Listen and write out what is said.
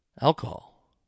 alcohol